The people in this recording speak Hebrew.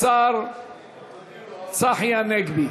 השר צחי הנגבי.